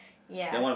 ya